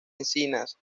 encinas